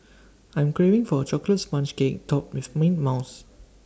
I'm craving for A Chocolate Sponge Cake Topped with mint mouth